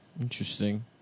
Interesting